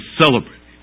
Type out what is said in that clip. celebrate